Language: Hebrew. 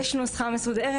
יש נוסחה מסודרת